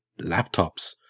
laptops